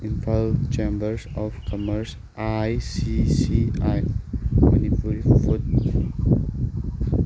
Imphal chamber of commerce I C C I Manipuri food